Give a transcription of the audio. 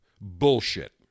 Bullshit